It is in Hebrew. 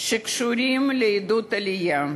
שקשורים לעידוד עלייה,